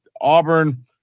Auburn